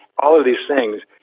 all of these things.